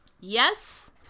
yes